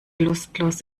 lustlos